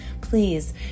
please